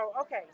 Okay